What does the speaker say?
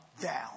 down